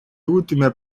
ultime